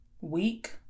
week